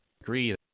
agree